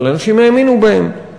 אבל אנשים האמינו בהן.